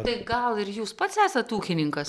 tai gal ir jūs pats esat ūkininkas